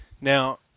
Now